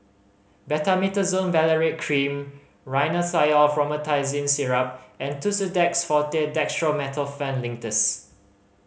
Betamethasone Valerate Cream Rhinathiol Promethazine Syrup and Tussidex Forte Dextromethorphan Linctus